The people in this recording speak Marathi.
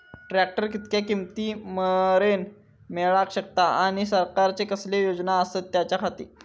ट्रॅक्टर कितक्या किमती मरेन मेळाक शकता आनी सरकारचे कसले योजना आसत त्याच्याखाती?